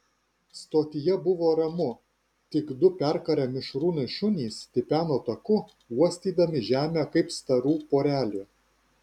stotyje buvo ramu tik du perkarę mišrūnai šunys tipeno taku uostydami žemę kaip starų porelė